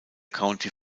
county